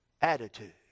attitude